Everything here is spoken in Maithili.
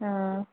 हम्म